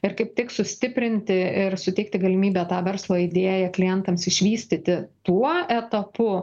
ir kaip tik sustiprinti ir suteikti galimybę tą verslo idėją klientams išvystyti tuo etapu